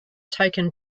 token